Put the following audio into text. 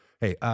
hey